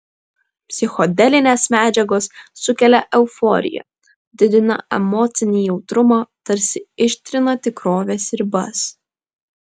psichodelinės medžiagos sukelia euforiją didina emocinį jautrumą tarsi ištrina tikrovės ribas